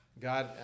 God